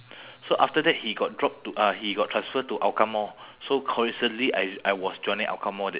my first birthday was celebrated in timezone was I got a R_C car